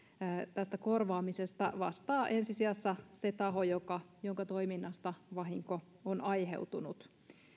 tästä korvaamisesta vastaa ensi sijassa se taho jonka toiminnasta vahinko on aiheutunut